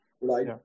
right